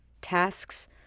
tasks